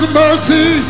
mercy